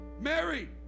Mary